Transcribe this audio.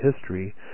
history